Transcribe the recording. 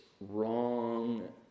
wrong